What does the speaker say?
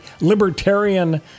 libertarian